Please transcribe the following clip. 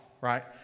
right